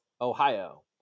Ohio